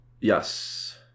yes